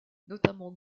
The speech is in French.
notamment